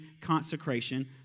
consecration